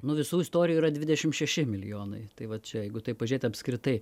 nu visų istorijų yra dvidešim šeši milijonai tai va čia jeigu taip pažiūrėt apskritai